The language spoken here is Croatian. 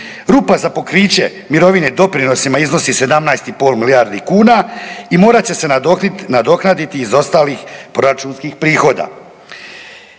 Rupa za pokriće mirovine doprinosima iznosi 17,5 milijardi kuna i morat će se nadoknaditi iz ostalih proračunskih prihoda.